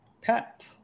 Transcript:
pet